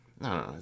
No